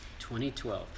2012